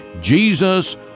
Jesus